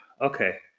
Okay